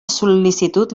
sol·licitud